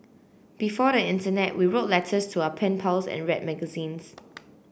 before the internet we wrote letters to our pen pals and read magazines